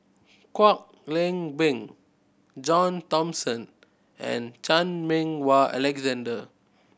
Kwek Leng Beng John Thomson and Chan Meng Wah Alexander